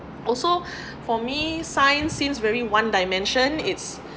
also for me science seems very one dimension it's